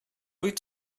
wyt